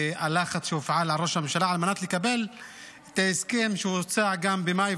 והלחץ שהופעל על ראש הממשלה על מנת לקבל את ההסכם שהוצע גם במאי,